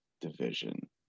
division